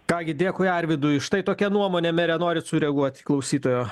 ką gi dėkui arvydui štai tokia nuomonė mere norit sureaguot į klausytojo